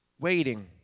Waiting